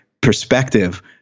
perspective